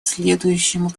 следующему